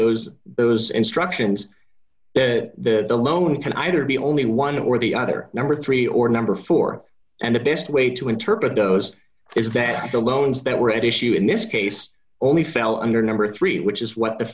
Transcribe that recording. those those instructions to the loan can either be only one or the other number three or number four and the best way to interpret those is that the loans that were at issue in this case only fell under number three which is what the